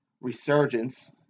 resurgence